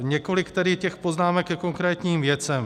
Několik tedy poznámek ke konkrétním věcem.